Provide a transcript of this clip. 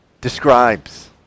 describes